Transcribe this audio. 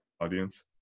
audience